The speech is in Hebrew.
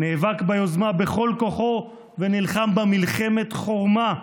נאבק ביוזמה בכל כוחו ונלחם בה מלחמת חורמה.